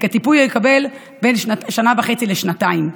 את הטיפול הוא יקבל אחרי שנה וחצי עד שנתיים.